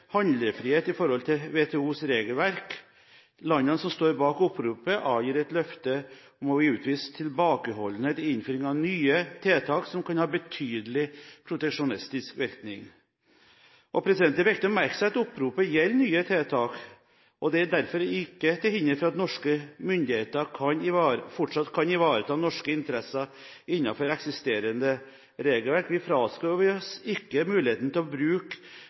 handlefrihet i forhold til WTOs regelverk. Landene som står bak oppropet, avgir et løfte om å utvise tilbakeholdenhet i innføring av nye tiltak som kan ha betydelig proteksjonistisk virkning. Det er viktig å merke seg at oppropet gjelder nye tiltak, og det er derfor ikke til hinder for at norske myndigheter fortsatt kan ivareta norske interesser innenfor eksisterende regelverk. Vi fraskriver oss ikke muligheten til å bruke